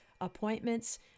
appointments